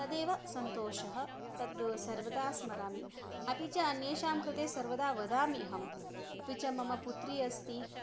तदेव सन्तोषः तत् सर्वदा स्मरामि अपि च अन्येषां कृते सर्वदा वदामि अहम् अपि च मम पुत्री अस्ति